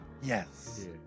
Yes